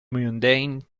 mundane